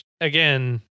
again